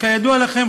כידוע לכם,